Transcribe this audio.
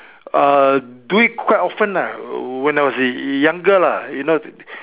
uh do it quite often lah when I was younger lah you know